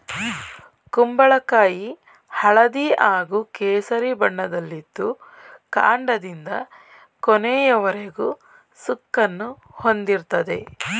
ಕುಂಬಳಕಾಯಿ ಹಳದಿ ಹಾಗೂ ಕೇಸರಿ ಬಣ್ಣದಲ್ಲಿದ್ದು ಕಾಂಡದಿಂದ ಕೊನೆಯವರೆಗೂ ಸುಕ್ಕನ್ನು ಹೊಂದಿರ್ತದೆ